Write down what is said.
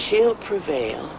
she'll prevail